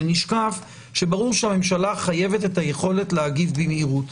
שברור שהממשלה חייבת את היכולת להגיב במהירות.